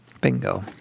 Bingo